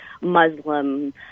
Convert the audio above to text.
Muslim